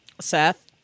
Seth